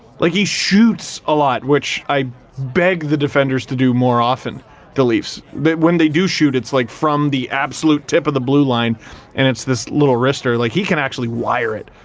like, he shoots a lot which i beg the defenders to do more often with the leafs. but when they do shoot it's like from the absolute tip of the blue line and it's this little wrister, like he can actually wire it